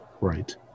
Right